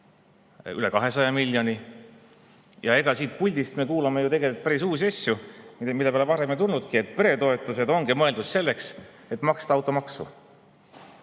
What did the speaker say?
üle 200 miljoni. Siit puldist me kuuleme tegelikult päris uusi asju, mille peale varem ei ole tulnudki: peretoetused ongi mõeldud selleks, et maksta automaksu.